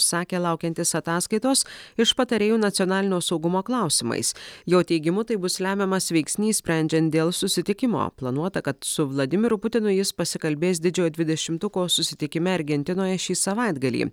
sakė laukiantis ataskaitos iš patarėjų nacionalinio saugumo klausimais jo teigimu tai bus lemiamas veiksnys sprendžiant dėl susitikimo planuota kad su vladimiru putinu jis pasikalbės didžiojo dvidešimtuko susitikime argentinoje šį savaitgalį